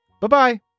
Bye-bye